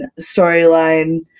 storyline